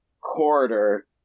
corridor